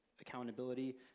accountability